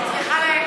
אני צריכה,